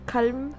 Calm